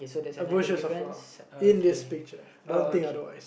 bushes of flowers in this picture don't think otherwise